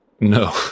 No